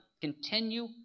continue